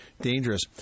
dangerous